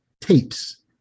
tapes